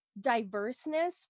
diverseness